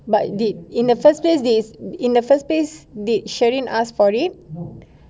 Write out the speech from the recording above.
but did in the first place this in the first place did sheryn ask for it